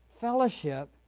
fellowship